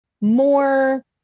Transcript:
more